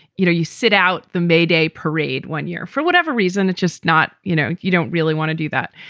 you know, you sit out the mayday parade one year for whatever reason. it's just not you know, you don't really want to do that.